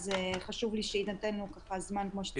אז חשוב לי שיינתן לו זמן כמו שצריך.